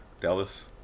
Dallas